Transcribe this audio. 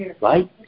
right